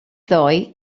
ddoe